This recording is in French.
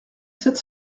sept